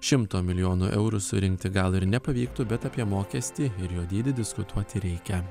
šimto milijonų eurų surinkti gal ir nepavyktų bet apie mokestį ir jo dydį diskutuoti reikia